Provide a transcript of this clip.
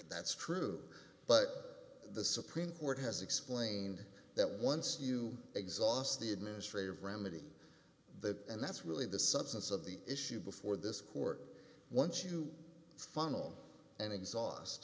that's true but the supreme court has explained that once you exhaust the administrative remedy the and that's really the substance of the issue before this court once you funnel and exhaust